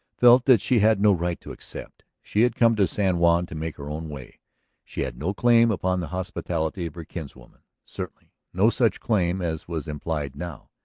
felt that she had no right to accept. she had come to san juan to make her own way she had no claim upon the hospitality of her kinswoman, certainly no such claim as was implied now.